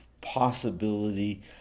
possibility